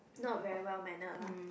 not very well mannered lah